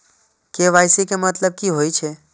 KYC के मतलब की होई छै?